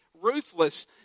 ruthless